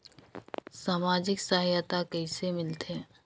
समाजिक सहायता कइसे मिलथे?